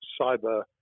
cyber